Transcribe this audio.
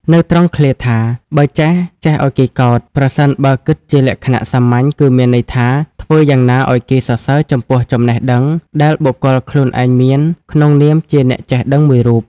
នៅត្រង់ឃ្លាថា បើចេះ ចេះឲ្យគេកោត ប្រសិនបើគិតជាលក្ខណៈសាមញ្ញគឺមានន័យថា ធ្វើយ៉ាងណាឲ្យគេសរសើរចំពោះចំណេះដឹងដែលបុគ្គលខ្លួនឯងមាន ក្នុងនាមជាអ្នកចេះដឹងមួយរូប។